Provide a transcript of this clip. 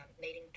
meeting